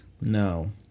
no